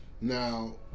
Now